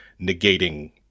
negating